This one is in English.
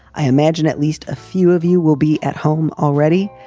i imagine at least a few of you will be at home already.